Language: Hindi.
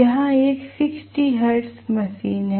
यह एक 60 हर्ट्ज मशीन है